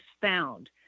found